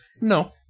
No